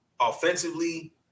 offensively